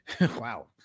Wow